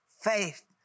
faith